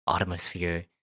atmosphere